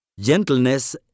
Gentleness